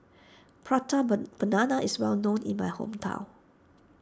Prata Banana is well known in my hometown